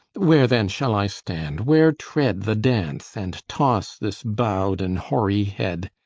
where then shall i stand, where tread the dance and toss this bowed and hoary head?